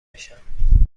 بشم